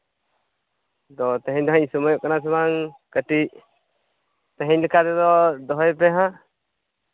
ᱟᱫᱚ ᱛᱮᱦᱮᱧ ᱫᱟ ᱦᱟᱸᱜ ᱤᱧ ᱥᱚᱢᱚᱭᱚᱜ ᱠᱟᱱᱟ ᱥᱮ ᱵᱟᱝ ᱠᱟᱹᱴᱤᱡ ᱛᱮᱦᱮᱧ ᱞᱮᱠᱟ ᱛᱮᱫᱚ ᱫᱚᱦᱚᱭᱮᱯᱮ ᱦᱟᱸᱜ